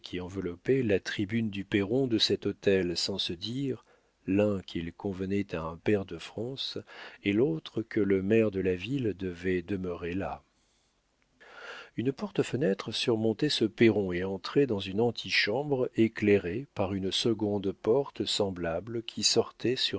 enveloppait la tribune du perron de cet hôtel sans se dire l'un qu'il convenait à un pair de france et l'autre que le maire de la ville devait demeurer là une porte-fenêtre surmontait ce perron et entrait dans une antichambre éclairée par une seconde porte semblable qui sortait